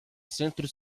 centro